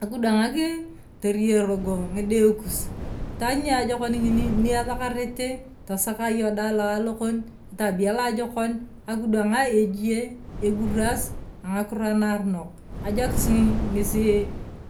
Akidwang torio erogo ng’ide kus itaan niajokoni niesakariti, tesaka yong’o dai alowa alokon, etabia loapkon akidwang’aejie, eburas ang’akuro anaajoka ajokisi